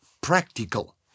practical